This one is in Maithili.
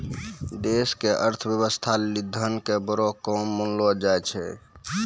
देश के अर्थव्यवस्था लेली धन के बड़ो काम मानलो जाय छै